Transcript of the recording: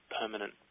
permanent